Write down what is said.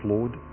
Lord